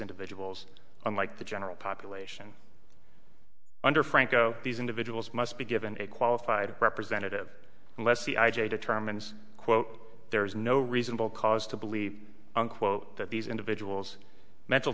individuals unlike the general population under franco these individuals must be given a qualified representative unless the i j a determines quote there is no reasonable cause to believe unquote that these individuals mental